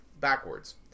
backwards